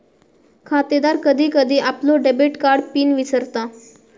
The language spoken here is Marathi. खातेदार कधी कधी आपलो डेबिट कार्ड पिन विसरता